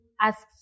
asks